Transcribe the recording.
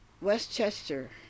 Westchester